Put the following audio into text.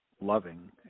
loving